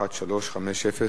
מס' 1350,